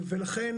לכן